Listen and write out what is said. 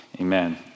Amen